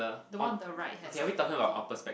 the one on the right has a goatie